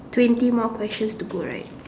twenty more questions to go right